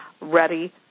ready